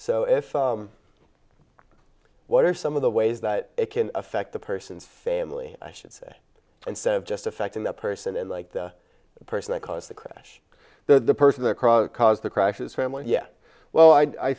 so if what are some of the ways that it can affect the person's family i should say instead of just affecting the person and like the person that caused the crash the person across caused the crashes family yet well i